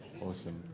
Awesome